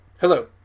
Hello